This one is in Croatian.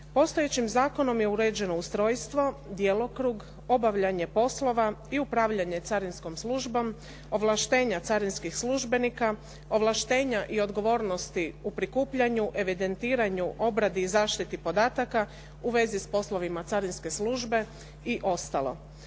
Postojećim zakonom je uređeno ustrojstvo, djelokrug, obavljanje poslova i obavljanje carinskom službom, ovlaštenja carinskih službenika, ovlaštenja i odgovornosti o prikupljanju, evidentiranju, obradi i zaštiti podataka u vezi sa poslovima carinske službe i ostalo.